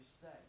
stay